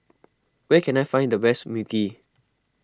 where can I find the best Mui Kee